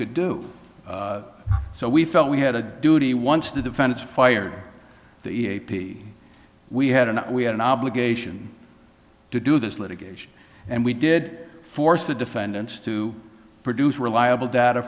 could do so we felt we had a duty once the defense fired the e a p we had and we had an obligation to do this litigation and we did force the defendants to produce reliable data